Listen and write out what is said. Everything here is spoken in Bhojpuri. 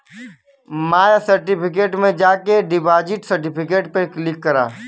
माय सर्टिफिकेट में जाके डिपॉजिट सर्टिफिकेट पे क्लिक करा